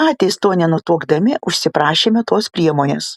patys to nenutuokdami užsiprašėme tos priemonės